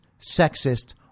sexist